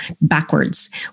backwards